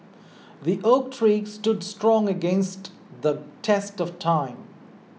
the oak tree stood strong against the test of time